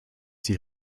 die